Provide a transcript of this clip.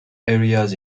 areas